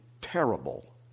terrible